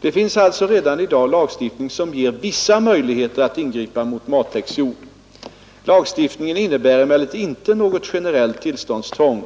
Det finns alltså redan i dag lagstiftning som ger vissa möjligheter att ingripa mot matjordstäkt. Lagstiftningen innebär emellertid inte något generellt tillståndstvång.